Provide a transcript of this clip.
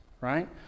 right